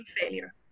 failure